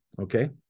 okay